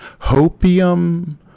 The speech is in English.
hopium